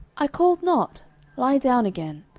i called not lie down again.